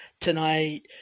tonight